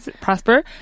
prosper